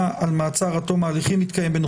על מעצר עד תום ההליכים יתקיים בנוכחותו.